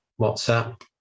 WhatsApp